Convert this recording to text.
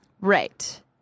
Right